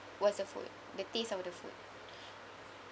was the food the taste of the food